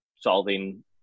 solving